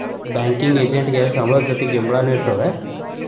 Banking ಎಜೆಂಟಿಗೆ ಸಂಬ್ಳದ್ ಜೊತಿ ಗಿಂಬ್ಳಾನು ಇರ್ತದೇನ್?